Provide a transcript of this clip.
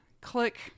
click